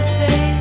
say